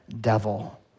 devil